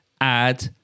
add